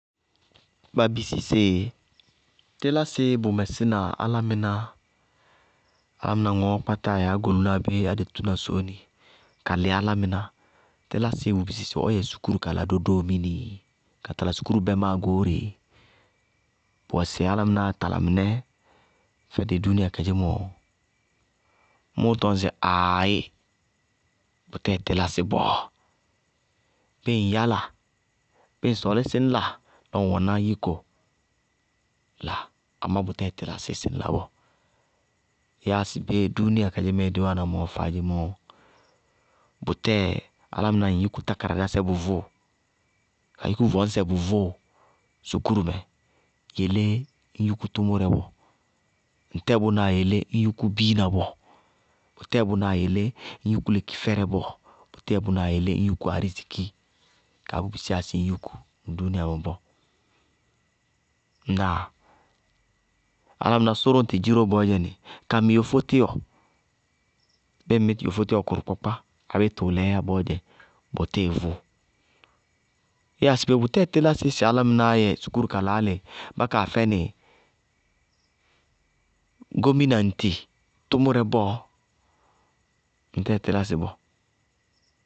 Ba bisí sɩ tílásɩí bʋ mɛ síní na álámɩná, álámɩná ŋɔɔ kpátáa yɛ ágoluná abéé adetúná sóóni ka lɩ álámɩná, tílásɩí bʋ bisí sɩ ɔ yɛ sukúru ka la doo-doominii? Ka tala sukúru bɛmáa goóreé? Bʋwɛ sɩ álámɩnáá tala mɩnɛ fɛ dɩ duuniya kadzémɔ? Mʋʋ tɔñ sɩ aayí bʋtɛɛ tílásɩ bɔɔ. Bíɩ ŋ yála, bíɩ ŋ sɔɔlí sɩ ñ la lɔ ŋ wɛná yíko, la, amá bʋtɛɛ tílásɩí sɩ ñ la bɔɔ. Yáa sɩ bé dúúnia kadzémɛɛ dí wáana mɔɔ, faádzemɔ, bʋtɛɛ álámɩná ŋ yúku tákáradásɛ bʋvʋʋ ka yúkú vɔñsɛ bʋvʋʋ sukúrumɛ, yelé ñ yúkú tʋmʋrɛ bɔɔ, ŋtɛɛ bʋnáa yelé ñ yúkú biina bɔɔ. bʋtɛɛ bʋnáa yelé ñ yúkú lekifɛrɛ bɔɔ, bʋtɛɛ bʋnáa yelé ñ yúkú ariziki kaá bʋ bisiyá sɩ ñ yúkú ŋ dúúnia mɛ bɔɔ, ŋnáa? Álámɩná sʋrʋ ŋtɩ dziró bɔɔyɛnɩ ka yofó tíwɔ. Ñŋ ŋ mí yofó tíwɔ kʋrʋkpákpá abéé tʋʋlɛ, yá bɔɔdzɛ, bʋ tíɩ vʋʋ. Yáa sɩ bé, bʋtɛɛ tílásɩí sɩ álámɩnáá yɛ sukúru ka la álɩ bá kaa fɛnɩ gómínŋtɩ tʋmʋrɛ bɔɔ, bʋtɛɛ tílásɩ bɔɔ.